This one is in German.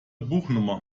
buchnummer